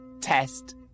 test